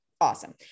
Awesome